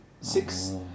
Six